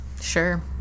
Sure